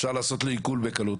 אפשר להטיל עליו עיקול בקלות.